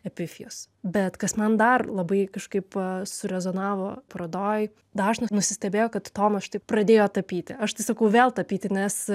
epifijos bet kas man dar labai kažkaip surezonavo parodoj dažnas nusistebėjo kad tomas štai pradėjo tapyti aš tai sakau vėl tapyti nes